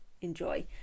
enjoy